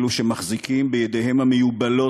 אלו שמחזיקים בידיהם המיובלות,